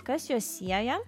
kas juos sieja